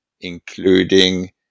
including